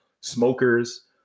smokers